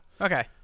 Okay